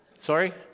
Sorry